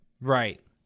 Right